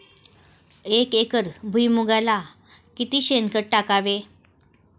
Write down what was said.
एक एकर भुईमुगाला किती शेणखत टाकावे?